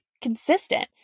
consistent